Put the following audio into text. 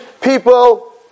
people